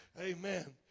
Amen